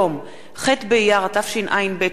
יום ח' באייר התשע"ב,